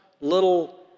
little